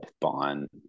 Bond